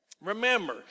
remember